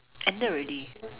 ended already